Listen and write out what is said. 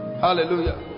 Hallelujah